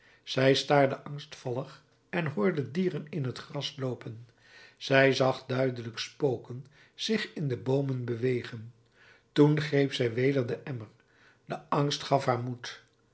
zij staarde angstvallig en hoorde dieren in het gras loopen zij zag duidelijk spoken zich in de boomen bewegen toen greep zij weder den emmer de angst gaf haar moed